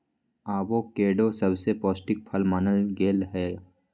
avocado सबसे पौष्टिक फल मानल गेलई ह